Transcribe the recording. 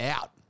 out